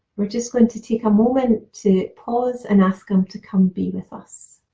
we're just going to take a moment to pause and ask him to come be with us.